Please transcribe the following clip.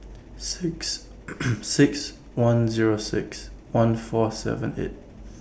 six six one Zero six one four seven eight